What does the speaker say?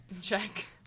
check